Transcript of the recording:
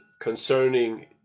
concerning